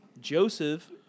Joseph